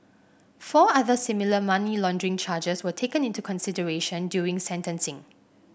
four other similar money laundering charges were taken into consideration during sentencing